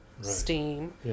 steam